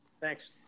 Thanks